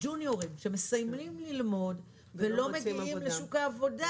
- ג'וניורים שמסיימים ללמוד ולא מגיעים לשוק העבודה